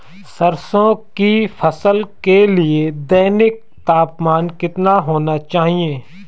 सरसों की फसल के लिए दैनिक तापमान कितना होना चाहिए?